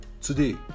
today